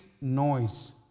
noise